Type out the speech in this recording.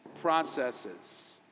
processes